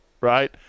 right